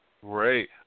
Great